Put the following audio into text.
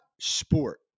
sport